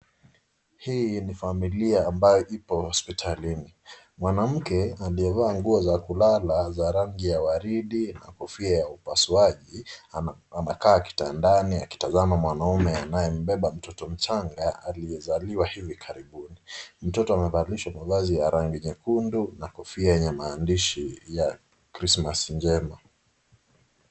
Hii ni familia ambayo ipo hospitalini. Mwanamke aliyevaa nguo za kulala za rangi ya waridi na kofia za upasuaji, anakaa kitandani akitazama mwanaume anayembeba mtoto mchanga aliyezaliwa hivi karibuni. Mtoto amevalishwa mavazi ya rangi nyekundu na kofia ya maandishi ya Krismasi njema.